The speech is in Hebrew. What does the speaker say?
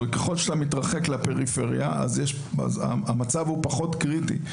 ככל שאתה מתרחק לפריפריה המצב הוא פחות קריטי,